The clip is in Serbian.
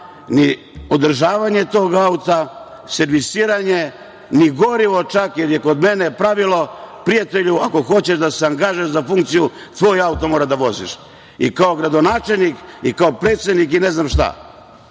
ni održavanja tog auta, servisiranje, ni gorivo čak, jer je kod mene pravilo - prijatelju ako hoćeš da se angažuješ za funkciju, tvoj auto moraš da voziš i kao gradonačelnik i kao predsednik, ne znam šta. Vi